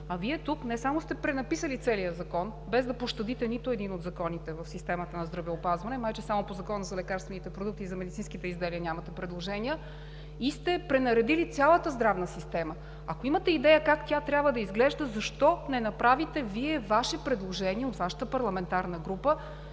а Вие тук не само сте пренаписали целия закон, без да пощадите нито един от законите в системата на здравеопазването, май че само по Закона за лекарствените продукти и за медицинските изделия нямате предложения, и сте пренаредили цялата здравна система? Ако имате идея как тя трябва да изглежда, защо не направите Ваше предложение, от Вашата парламентарна група,